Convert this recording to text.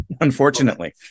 unfortunately